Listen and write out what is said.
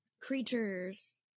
creatures